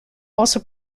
also